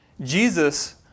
Jesus